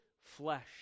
flesh